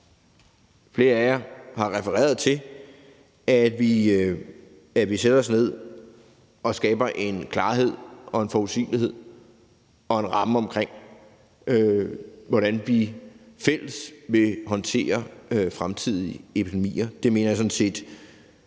flere af jer har refereret til, sætter os ned og skaber en klarhed, en forudsigelighed og en ramme omkring, hvordan vi i fællesskab vil håndtere fremtidige epidemier.